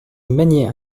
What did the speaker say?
maniait